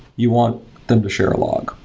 you want them to share a log.